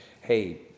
hey